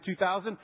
2000